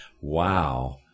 Wow